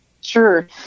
Sure